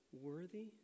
worthy